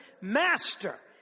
Master